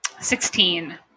Sixteen